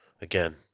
Again